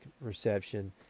reception